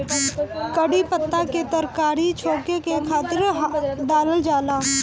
कढ़ी पत्ता के तरकारी छौंके के खातिर डालल जाला